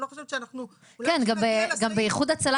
לא חושבת שאנחנו -- גם באיחוד הצלה